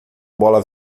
bola